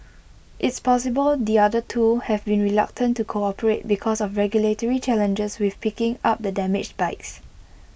it's possible the other two have been reluctant to cooperate because of regulatory challenges with picking up the damaged bikes